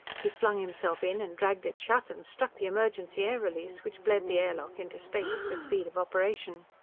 he flung himself in and dragged it shut, and struck the emergency air-release which bled the air lock into space for speed of operation.